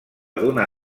d’una